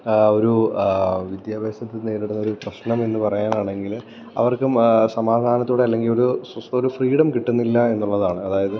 ഒരു വിദ്യാഭ്യാസത്തി നേരിടുന്ന ഒരു പ്രശ്നം എന്ന് പറയാനാണെങ്കിൽ അവർക്കും സമാധാനത്തോടെ അല്ലെങ്കിൽ ഒരു സ്വസ്ഥത ഒരു ഫ്രീഡം കിട്ടുന്നില്ല എന്നുള്ളതാണ് അതായത്